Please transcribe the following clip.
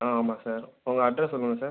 ஆ ஆமாம் சார் உங்கள் அட்ரெஸ் சொல்லுங்கள் சார்